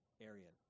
Arian